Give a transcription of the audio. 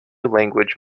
language